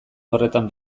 horretan